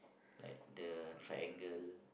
like the triangle